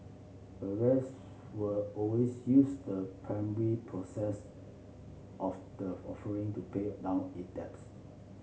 avast will always use the primary process of the offering to pay down it debts